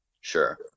Sure